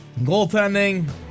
Goaltending